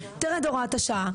תרד הוראת השעה,